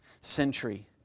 century